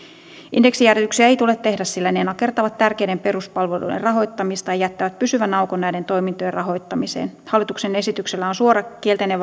indeksijäädytyksiä ei tule tehdä sillä ne nakertavat tärkeiden peruspalveluiden rahoittamista ja jättävät pysyvän aukon näiden toimintojen rahoittamiseen hallituksen esityksellä on suora kielteinen